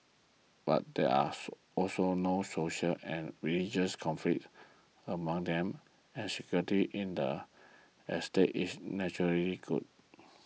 and there are also no racial and religious conflicts among them and security in the estates is good